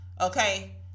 Okay